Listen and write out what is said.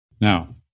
Now